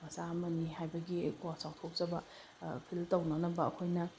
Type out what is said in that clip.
ꯃꯆꯥ ꯑꯃꯅꯤ ꯍꯥꯏꯕꯒꯤ ꯀꯣ ꯆꯥꯎꯊꯣꯛꯆꯕ ꯐꯤꯜ ꯇꯧꯅꯅꯕ ꯑꯩꯈꯣꯏꯅ